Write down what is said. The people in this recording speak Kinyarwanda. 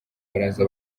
baraza